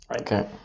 Okay